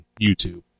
YouTube